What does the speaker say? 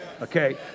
Okay